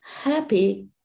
happy